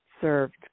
served